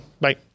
Bye